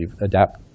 adapt